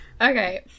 Okay